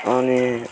अनि